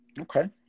okay